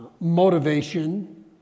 Motivation